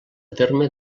terme